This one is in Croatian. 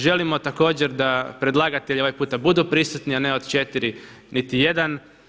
Želimo također da predlagatelji ovaj puta budu prisutni, a ne od 4 niti jedan.